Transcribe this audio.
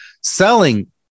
selling